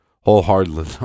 wholeheartedly